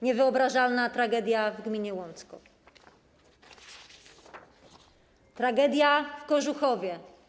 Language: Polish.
Niewyobrażalna tragedia w gminie Łącko”, „Tragedia w Kożuchowie.